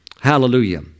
Hallelujah